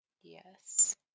Yes